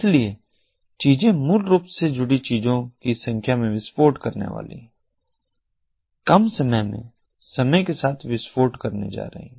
इसलिए चीजें मूल रूप से जुड़ी चीजों की संख्या में विस्फोट करने वाली हैं कम समय में समय के साथ विस्फोट करने जा रही हैं